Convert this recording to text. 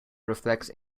reflects